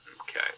Okay